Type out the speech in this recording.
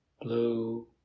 blue